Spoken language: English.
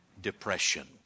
depression